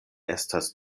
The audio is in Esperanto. estas